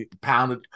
pounded